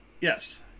Yes